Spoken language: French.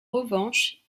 revanche